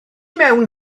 mewn